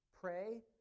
Pray